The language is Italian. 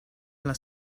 alla